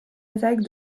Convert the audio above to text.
attaques